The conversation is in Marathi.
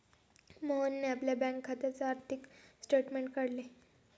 मोहनने आपल्या बँक खात्याचे आर्थिक स्टेटमेंट काढले